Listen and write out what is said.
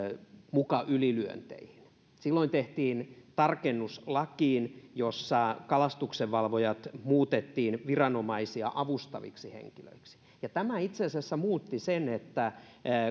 muka ylilyönteihin silloin tehtiin tarkennus lakiin jossa kalastuksenvalvojat muutettiin viranomaisia avustaviksi henkilöiksi ja tämä itse asiassa muutti sen että